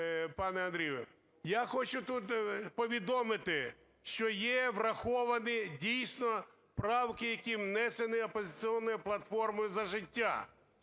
Я хочу тут повідомити, що є враховані, дійсно, правки, які внесені "Опозиційною платформою – За життя".